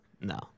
No